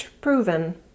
proven